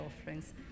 offerings